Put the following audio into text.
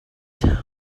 town